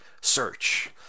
Search